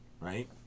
Right